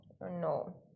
no